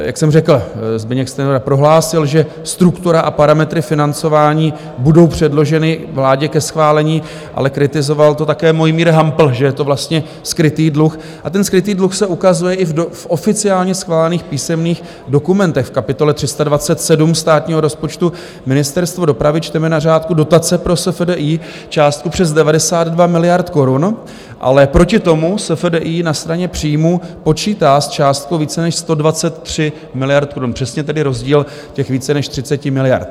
Jak jsem řekl, Zbyněk Stanjura prohlásil, že struktura a parametry financování budou předloženy vládě ke schválení, ale kritizoval to také Mojmír Hampl, že je to vlastně skrytý dluh, a ten skrytý dluh se ukazuje i v oficiálně schválených písemných dokumentech, v kapitole 327 státního rozpočtu, Ministerstvo dopravy, čteme na řádku Dotace pro SFDI částku přes 92 miliardy korun, ale proti tomu SFDI na straně příjmů počítá s částkou více než 123 miliardy korun, přesně tedy rozdíl těch více než 30 miliard.